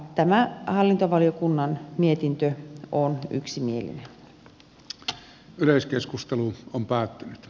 tämä hallintovaliokunnan mietintö on päättynyt